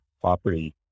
property